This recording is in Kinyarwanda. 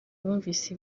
bumvise